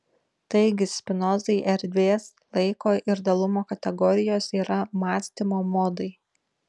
taigi spinozai erdvės laiko ir dalumo kategorijos yra mąstymo modai